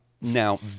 Now